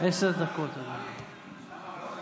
עשר דקות, אדוני.